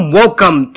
welcome